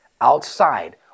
outside